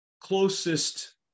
closest